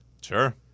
Sure